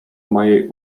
mojej